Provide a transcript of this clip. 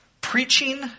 preaching